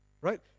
right